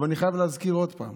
אבל אני חייב להזכיר עוד פעם